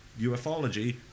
ufology